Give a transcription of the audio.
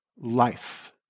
life